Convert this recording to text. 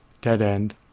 dead-end